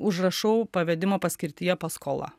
užrašau pavedimo paskirtyje paskola